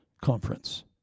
conference